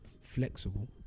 flexible